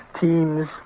Teams